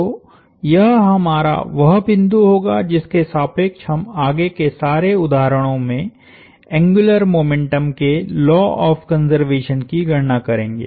तो यह हमारा वह बिंदु होगा जिसके सापेक्ष हम आगे के सारे उदाहरणों में एंग्युलर मोमेंटम के लॉ ऑफ़ कंज़र्वेशन की गणना करेंगे